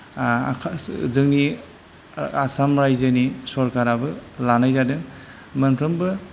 आखा जोंनि आसाम रायजोनि सरकाराबो लानाय जादों मोनफ्रोमबो